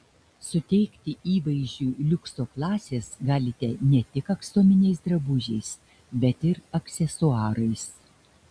suteikti įvaizdžiui liukso klasės galite ne tik aksominiais drabužiais bet ir aksesuarais